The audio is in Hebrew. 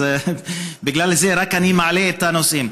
אז בגלל זה אני רק מעלה את הנושאים.